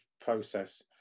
process